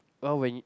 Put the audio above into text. oh when